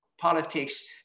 politics